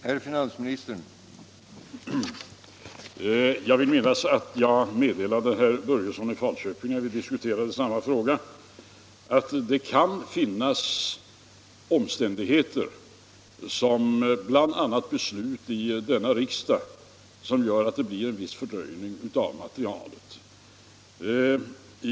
Herr talman! Jag vill minnas att jag meddelade herr Börjesson i Falköping när vi diskuterade samma fråga att det kan finnas omständigheter, såsom bl.a. beslut i denna riksdag, som gör att det blir en viss fördröjning av materialet.